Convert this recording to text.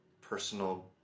personal